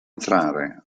entrare